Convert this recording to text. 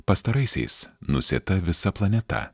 pastaraisiais nusėta visa planeta